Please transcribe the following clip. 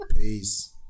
Peace